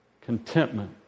Contentment